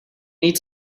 need